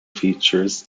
features